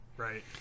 right